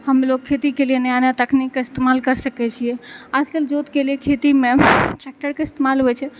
हमलोग खेती के लिए नया नया तकनीक के इस्तेमाल कर सकै छियै आजकल जोत के लिए खेती मे ट्रेक्टर के ईस्तेमाल होइ छै